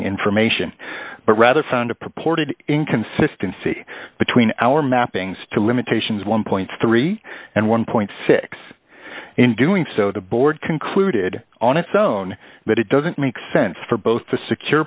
information but rather found a purported inconsistency between our mappings to limitations one three and one six in doing so the board concluded on its own that it doesn't make sense for both the secure